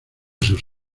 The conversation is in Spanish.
sus